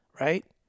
right